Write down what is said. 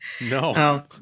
No